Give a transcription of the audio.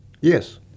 Yes